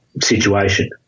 situation